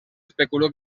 especuló